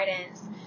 guidance